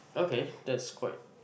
okay that's quite